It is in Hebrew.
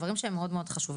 דברים שהם מאוד מאוד חשובים.